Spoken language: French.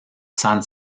san